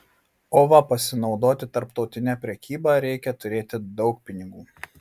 o va pasinaudoti tarptautine prekyba reikia turėti daug pinigų